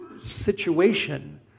situation